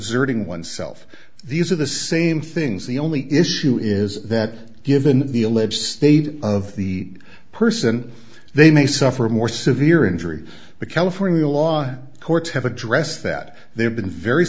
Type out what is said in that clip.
erting oneself these are the same things the only issue is that given the alleged state of the person they may suffer a more severe injury the california law courts have addressed that they have been very